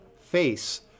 face